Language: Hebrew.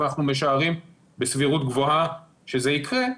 אבל אנחנו משערים בסבירות גבוהה שזה יקרה.